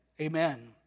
Amen